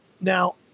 Now